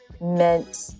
meant